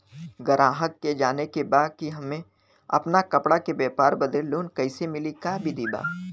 गराहक के जाने के बा कि हमे अपना कपड़ा के व्यापार बदे लोन कैसे मिली का विधि बा?